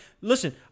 listen